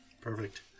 Perfect